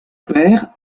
père